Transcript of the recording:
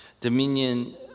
Dominion